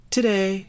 Today